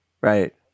right